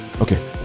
Okay